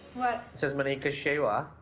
what? it says maneka shewa.